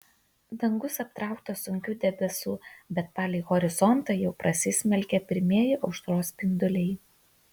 dangus aptrauktas sunkių debesų bet palei horizontą jau prasismelkė pirmieji aušros spinduliai